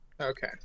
Okay